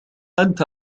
أنت